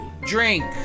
drink